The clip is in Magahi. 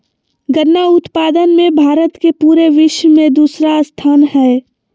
गन्ना उत्पादन मे भारत के पूरे विश्व मे दूसरा स्थान हय